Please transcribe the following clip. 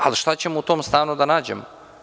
Ali, šta ćemo u tom stanu da nađemo?